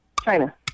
China